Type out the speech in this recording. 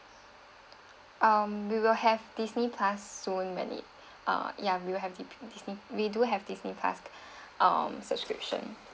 um we will have disney plus soon many ah ya we will have the disney we do have disney plus um subscription